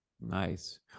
Nice